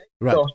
Right